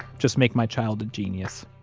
just make my child a genius